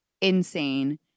insane